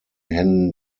händen